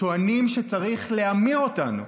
הם טוענים שצריך להמיר אותנו,